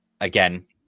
again